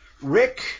Rick